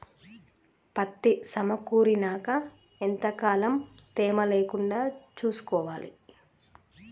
పత్తి సమకూరినాక ఎంత కాలం తేమ లేకుండా చూసుకోవాలి?